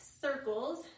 circles